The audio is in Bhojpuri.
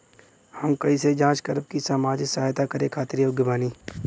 हम कइसे जांच करब की सामाजिक सहायता करे खातिर योग्य बानी?